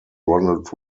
ronald